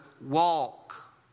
walk